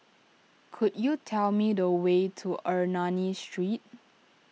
could you tell me the way to Ernani Street